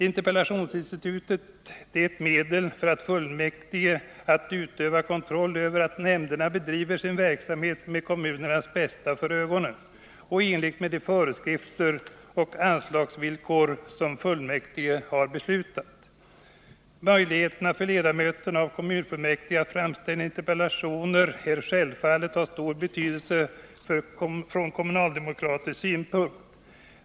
Interpellationsinstitutet är ett medel för fullmäktige att utöva kontroll över att nämnderna bedriver sin verksamhet med kommunens bästa för ögonen och i enlighet med de föreskrifter och anslagsvillkor som fullmäktige har beslutat. Möjligheterna för ledamöterna av kommunfullmäktige att framställa interpellationer är självfallet av stor betydelse från kommunaldemokratisk synpunkt.